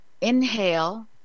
Inhale